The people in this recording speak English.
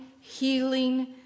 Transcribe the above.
healing